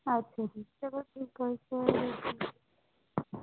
ਅੱਛਾ ਜੀ ਚੱਲੋ ਠੀਕ ਹੈ ਜੀ ਫਿਰ